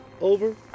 Over